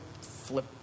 flip